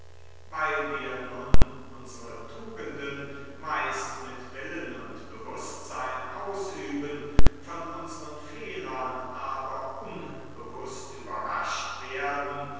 weil wir nun unsere tugenden meist mit willen und bewußtsein ausüben von unseren fehlern aber unbewußt überrascht werden